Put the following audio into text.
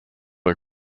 are